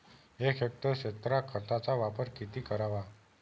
एक हेक्टर क्षेत्रात खताचा वापर किती करावा?